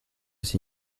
c’est